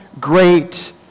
great